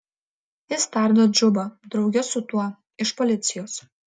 jis tardo džubą drauge su tuo iš policijos